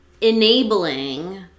enabling